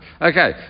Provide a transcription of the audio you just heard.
Okay